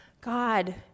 God